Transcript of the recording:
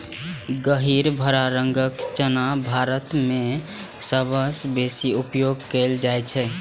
गहींर भूरा रंगक चना भारत मे सबसं बेसी उपयोग कैल जाइ छै